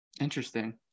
Interesting